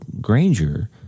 Granger